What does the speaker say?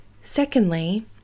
Secondly